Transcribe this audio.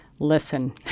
listen